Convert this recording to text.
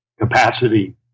capacity